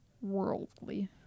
worldly